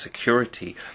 security